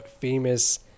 famous